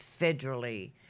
federally